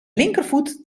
linkervoet